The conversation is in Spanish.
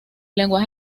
lenguaje